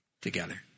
together